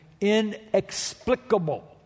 inexplicable